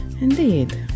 Indeed